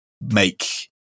make